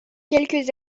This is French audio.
quelques